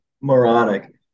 moronic